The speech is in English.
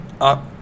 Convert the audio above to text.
up